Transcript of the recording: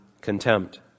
contempt